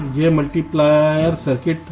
यह multiplier circuit है